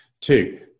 Two